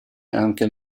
anche